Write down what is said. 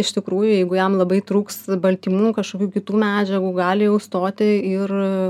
iš tikrųjų jeigu jam labai trūks baltymų kažkokių kitų medžiagų gali jau stoti ir